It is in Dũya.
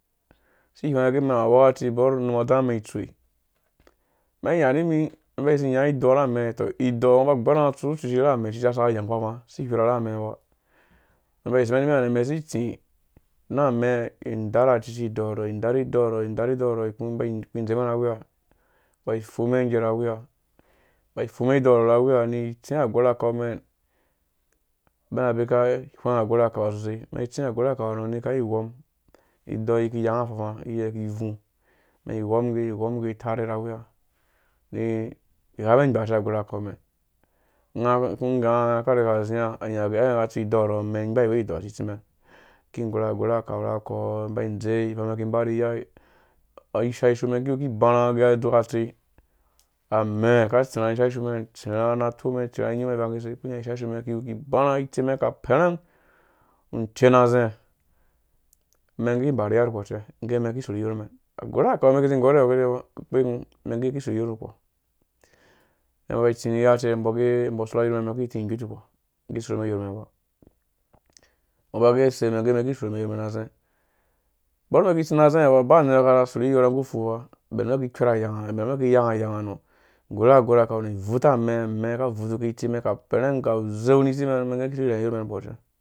Si hwenga gɛ mɛn wu awɛkaci ama nm adza nga mɛn itsoi mɛn nya nimi mɛn bazi nya idok ira amɛɛ tɔ idɔkha ngɔ ba gber ciciya tsuke na mɛɛ cucci saka yang fafa si hwirhs na amɛɛ ba mɛn ba zi mɛn mɛ zi tsi na amɛɛ izidarh acucci idolk ha nɛ idarh idɔk ha ne ku ba ku idzeka na amɛɛ mbai fumuwe ngge na wiya ni tsi agwerha kau mɛn mɛn abika hweng agwerha kau ha nɛ sosai mɛn itsi agwerhakau mɛn nika ighom iyɔ ki yang na afafa iyɔ ki bvu ni ighɔm ngge ighɔm ngge tarhe na wiya ni agwerhakau mɛn ka riga zia nga nya gɛ nga ka tsu idɔk ha nɛ mɛn gbaiwe idokha si tsi mɛn ki gwerhagwerha kau nako ba idzeiivangmeng ki mba ni ya isha ishu mɛn kiwu kaa barha gu mɛn dzuka atsei amɛɛ ka tsirha na isha ishu mɛn tsirha na too mɛn tsirha na ivang kise kunya isha isha ishu mɛn ku nya itsi mɛn ka pɛrɛn ncen azɛ mɛɛ gɛ mɛɛ ki soru iyorh mɛn nuko ce mɛn ba itsi ni iya cɛ mboge mbo soruwa iyorh mɛni mɛn ki ti igwirh nukpɔ mbɔ ba gɛ sɛ? Mɛn gɛ mɛn ki sorhi iyorh mɛn borh mɛn kizi tsi na zɛ nɔ fa ba nerha kaza sorhi iyorha ngu fu fa, bɛn mɛn ki kwerh ayang bɛn mɛn ki gang ayanga no igwerhe agwerhe kau ivutuwe amɛɛ, amɛɛ ka vutuke iti mɛn ka pereng ga uzeu nu itsi mɛn mɛn gɛ ki sorhiyor nuko